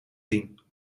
zien